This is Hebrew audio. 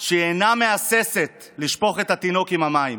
שהיא אינה מהססת לשפוך את התינוק עם המים